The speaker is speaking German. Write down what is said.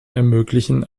ermöglichen